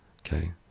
Okay